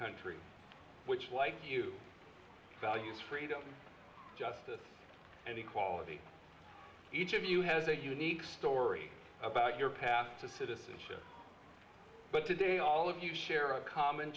country which like you values freedom justice and equality each of you has a unique story about your path to citizenship but today all of you share a common